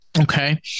Okay